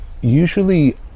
usually